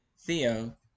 Theo